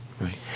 Right